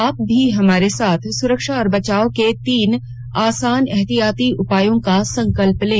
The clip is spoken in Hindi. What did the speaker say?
आप भी हमारे साथ सुरक्षा और बचाव के तीन आसान एहतियाती उपायों का संकल्प लें